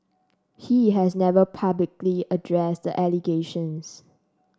he has never publicly addressed the allegations